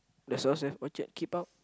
does yours have orchard keep out